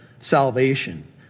salvation